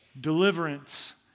deliverance